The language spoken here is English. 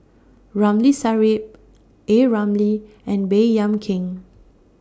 Ramli Sarip A Ramli and Baey Yam Keng